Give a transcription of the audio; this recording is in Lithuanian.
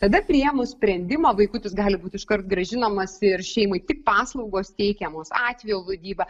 tada priėmus sprendimą vaikutis gali būti iškart grąžinamas ir šeimai tik paslaugos teikiamos atvejo vadyba